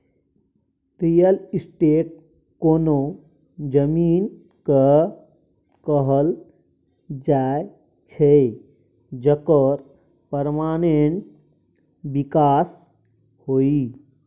real estate कोनो जमीन केँ कहल जाइ छै जकर परमानेंट बिकास होइ